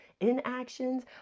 inactions